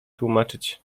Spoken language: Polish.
tłumaczyć